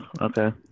okay